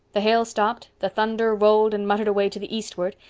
the hail stopped, the thunder rolled and muttered away to the eastward,